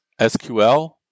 SQL